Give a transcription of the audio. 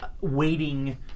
waiting